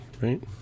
right